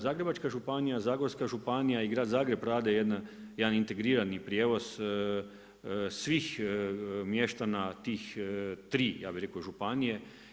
Zagrebačka županija, Zagorska županija i Grad Zagreb rade jedan integrirani prijevoz svih mještana tih 3 ja bih rekao županije.